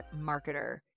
marketer